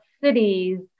cities